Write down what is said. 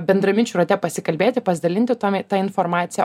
bendraminčių rate pasikalbėti pasdalinti ta informacia